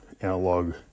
analog